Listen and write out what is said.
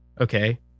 Okay